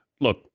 look